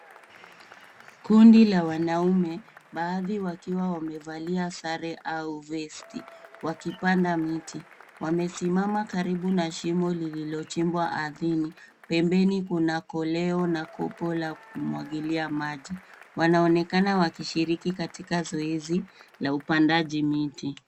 Kundi la wanaume, baadhi wakiwa wamevalia sare au vesti wakipanda miti. Wamesimama karibu na shimo lililochimbwa ardhini. Pembeni kuna koleo na kopo la kumwagilia maji. Wanaonekana wakishiriki katika zoezi la upandaji miti.